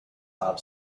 top